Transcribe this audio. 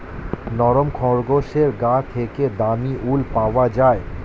নরম খরগোশের গা থেকে দামী উল পাওয়া যায়